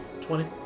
Twenty